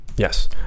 Yes